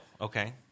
okay